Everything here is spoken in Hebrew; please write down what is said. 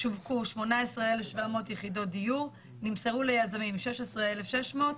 שווקו 18,700 יחידות דיור ונמסרו ליזמים 16,600,